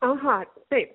aha taip